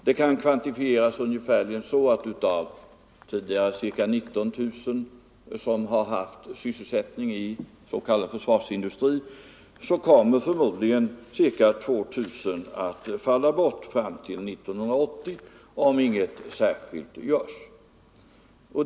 Det kan kvantifieras ungefärligen på det sättet att av de ca 19 000 industrisysselsatta i Linköpingsområdet kommer förmodligen ca 2000 i försvarsindustrin att falla bort fram till 1980 om inget särskilt görs.